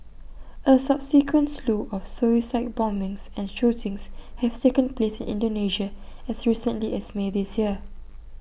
A subsequent slew of suicide bombings and shootings have taken place in Indonesia as recently as may this year